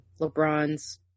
lebron's